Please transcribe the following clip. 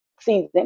season